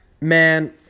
Man